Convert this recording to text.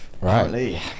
Right